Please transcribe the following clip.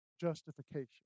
justification